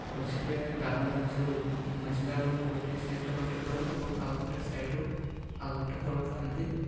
ମଝିରେ ଗାର ମଝିରୁ ମଝି ଗାରରୁ ଗୋଟିଏ ସାଇଡ଼୍ରେ ଗୋଟେ ଦଳ ଏବଂ ଆଉ ଗୋଟେ ସାଇଡ଼୍ରୁ ଆଉ ଗୋଟେ ଦଳ ଥାନ୍ତି